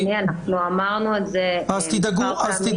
אדוני, אנחנו אמרנו את זה מספר פעמים.